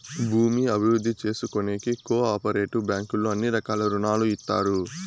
భూమి అభివృద్ధి చేసుకోనీకి కో ఆపరేటివ్ బ్యాంకుల్లో అన్ని రకాల రుణాలు ఇత్తారు